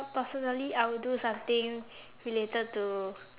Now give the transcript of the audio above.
personally I would do something related to